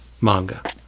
manga